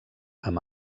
amb